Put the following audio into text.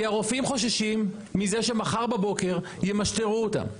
כי הרופאים חוששים מזה שמחר בבוקר ימשטרו אותם.